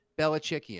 Belichickian